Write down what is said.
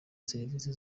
serivisi